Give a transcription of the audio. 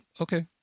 okay